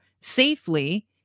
safely